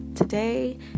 Today